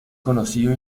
conocido